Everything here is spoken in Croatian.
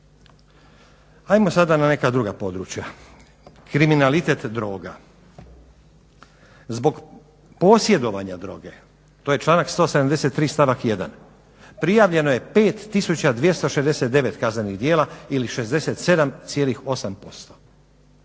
Hajmo sada na neka druga područja. Kriminalitet, droga. Zbog posjedovanja droge, to je članak 173. stavak 1. Prijavljeno je 5269 kaznenih djela ili 67,8%